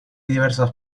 diversas